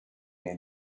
nei